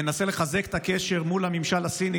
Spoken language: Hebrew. מנסה לחזק את הקשר מול הממשל הסיני,